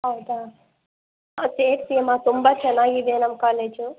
ಹೌದಾ ಹಾಂ ಸೇರಿಸಿ ಅಮ್ಮಾ ತುಂಬ ಚೆನ್ನಾಗಿದೆ ನಮ್ಮ ಕಾಲೇಜು